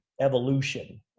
evolution